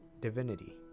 divinity